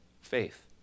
faith